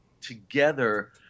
together